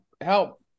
help